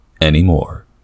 anymore